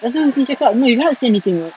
pasal tu husni cakap no you cannot see anything [what]